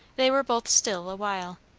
they were both still awhile.